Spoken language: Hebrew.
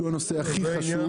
שהוא הנושא הכי חשוב.